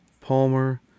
Palmer